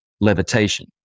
levitation